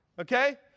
okay